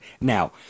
now